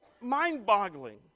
mind-boggling